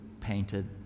painted